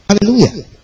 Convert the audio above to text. Hallelujah